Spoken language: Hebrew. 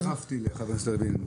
אני הצטרפתי לחבר הכנסת לוין.